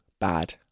bad